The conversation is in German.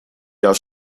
jahr